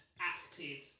acted